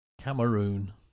Cameroon